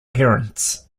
parents